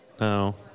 No